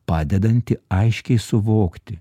padedantį aiškiai suvokti